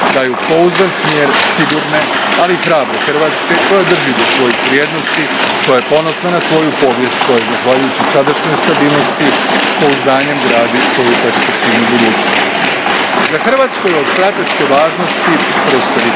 daju pouzdan smjer sigurne, ali i hrabre Hrvatske, koja drži do svojih vrijednosti, koja je ponosna na svoju povijest, koja zahvaljujući sadašnjoj stabilnosti s pouzdanjem gradi svoju perspektivnu budućnost. Za Hrvatsku je od strateške važnosti prosperitetno,